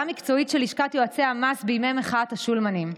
מקצועית של לשכת יועצי המס בימי מחאת השולמנים.